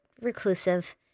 reclusive